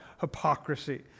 hypocrisy